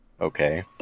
okay